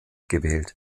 gewählt